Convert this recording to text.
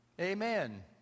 Amen